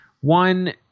one